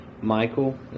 Michael